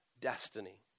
destiny